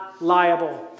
liable